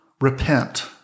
repent